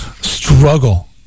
struggle